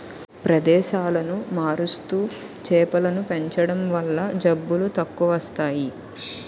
ప్రదేశాలను మారుస్తూ చేపలను పెంచడం వల్ల జబ్బులు తక్కువస్తాయి